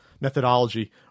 Methodology